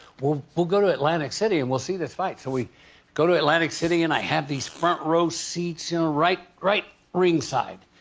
we'll we'll go to atlantic city, and we'll see this fight. so we go to atlantic city. and i have these front-row so seats, you know, right right ringside.